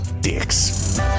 dicks